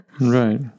Right